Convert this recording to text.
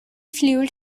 fluid